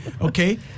okay